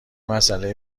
مسئله